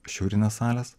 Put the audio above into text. šiaurinės salės